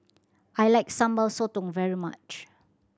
I like Sambal Sotong very much